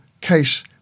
case